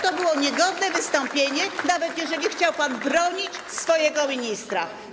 To było niegodne wystąpienie, nawet jeżeli chciał pan bronić swojego ministra.